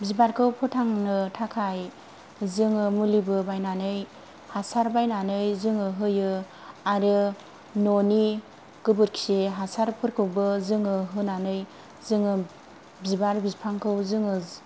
बिबारखौ फोथांनो थाखाय जोङो मुलिबो बायनानै हासार बायनानै जोङो होयो आरो न'नि गोबोरखि हासारफोरखौबो जोङो होनानै जोङो बिबार बिफांखौ जोङो